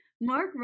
Mark